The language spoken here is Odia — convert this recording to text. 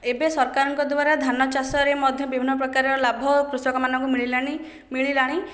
ଏବେ ସରକାରଙ୍କ ଦ୍ୱାରା ଧାନ ଚାଷରେ ମଧ୍ୟ ବିଭିନ୍ନ ପ୍ରକାରର ଲାଭ କୃଷକମାନଙ୍କୁ ମିଳିଲାଣି ମିଳିଲାଣି